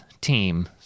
team